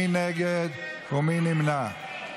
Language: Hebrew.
מי נגד ומי נמנע?